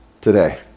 today